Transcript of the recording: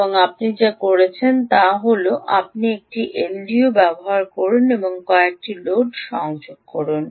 এবং আপনি যা করছেন তা হল আপনি একটি এলডিও ব্যবহার করুন এবং কয়েকটি লোড সংযোগ করুন